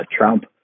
Trump